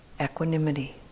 equanimity